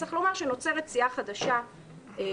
צריך לומר, שנוצרת סיעה חדשה בכנסת.